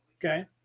okay